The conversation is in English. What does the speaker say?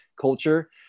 culture